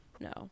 No